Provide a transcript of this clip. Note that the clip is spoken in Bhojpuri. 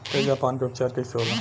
तेजाब पान के उपचार कईसे होला?